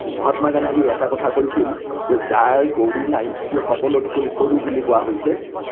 মহাত্মা গান্ধীয়ে এটা কথা কৈছিল যে যাৰ গৰু নাই সি সকলোতকৈও সৰু বুলি কোৱা হৈছে